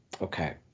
Okay